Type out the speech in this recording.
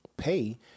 pay